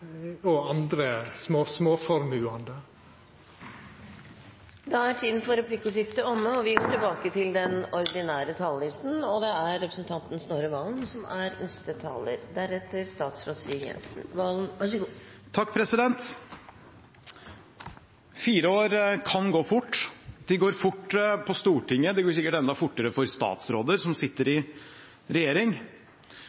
og andre med små formuar. Replikkordskiftet er omme. Fire år kan gå fort. De går fort på Stortinget, de går sikkert enda fortere for statsråder som sitter i